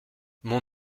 mon